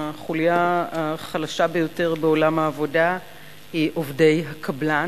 החוליה החלשה ביותר בעולם העבודה היא עובדי הקבלן,